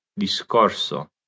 discorso